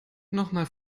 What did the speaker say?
nochmal